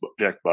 Jackbox